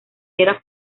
diera